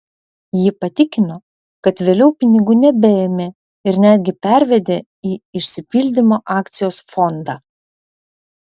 ji patikino kad vėliau pinigų nebeėmė ir netgi pervedė į išsipildymo akcijos fondą